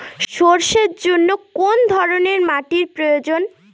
সরষের জন্য কোন ধরনের মাটির প্রয়োজন?